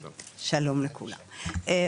שלום לכולם,